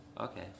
Okay